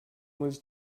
muss